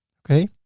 okay.